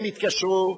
הם יתקשרו.